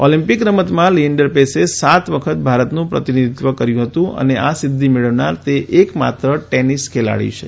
Olympic રમતોમાં લિયેન્ડર પેસે સાત વખત ભારતનું પ્રતિનિધિત્વ કર્યુ હતું અને આ સિધ્ધિ મેળવનાર તે એક માત્ર ટેનિસ ખેલાડી છે